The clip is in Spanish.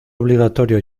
obligatorio